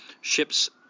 ships